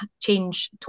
change